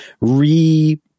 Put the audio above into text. re